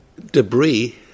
Debris